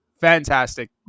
Fantastic